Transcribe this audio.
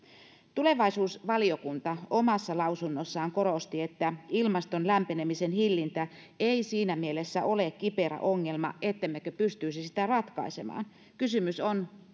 tulevaisuusvaliokunta omassa lausunnossaan korosti että ilmaston lämpenemisen hillintä ei siinä mielessä ole kiperä ongelma ettemmekö pystyisi sitä ratkaisemaan kysymys on